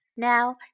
Now